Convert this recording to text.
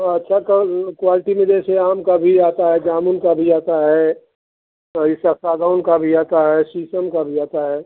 तो अच्छा क्वालटी में जैसे आम का भी आता है जामुन का भी आता है इसका सागवान का भी आता है शीशम का भी आता है